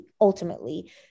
Ultimately